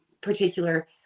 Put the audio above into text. particular